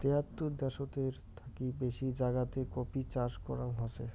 তিয়াত্তর দ্যাশেতের থাকি বেশি জাগাতে কফি চাষ করাঙ হসে